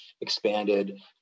expanded